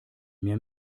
mir